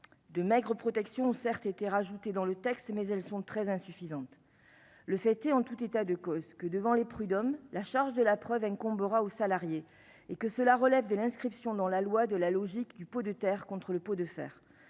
de maigre protection ont certes été rajouté dans le texte, mais elles sont très insuffisantes, le fêter en tout état de cause que devant les prud'hommes la charge de la preuve incombera aux salariés et que cela relève de l'inscription dans la loi de la logique du pot de terre contre le pot de fer,